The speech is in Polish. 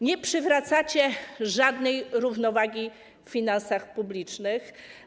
Nie przywracacie żadnej równowagi w finansach publicznych.